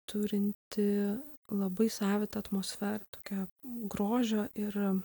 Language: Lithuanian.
turinti labai savitą atmosferą tokią grožio ir